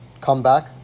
comeback